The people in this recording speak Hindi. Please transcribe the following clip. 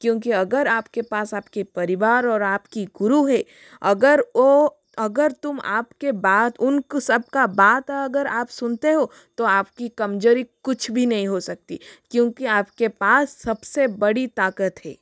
क्योंकि अगर आपके पास आपके परिवार और आपके गुरु हैं अगर ओ अगर तुम आपके बात उन सबका बात अगर आप सुनते हो तो आपकी कमज़ोरी कुछ भी नहीं हो सकती क्योंकि आपके पास सबसे बड़ी ताकत हे